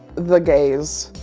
the gays.